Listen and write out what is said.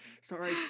Sorry